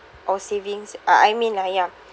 or savings I I mean lah ya